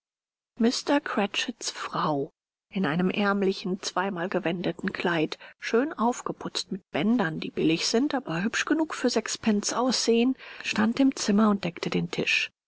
mr cratchits frau in einem ärmlichen zweimal gewendeten kleid schön aufgeputzt mit bändern die billig sind aber hübsch genug für sechs pence aussehen stand im zimmer und deckte den tisch